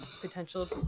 potential